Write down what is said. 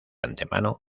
antemano